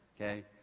Okay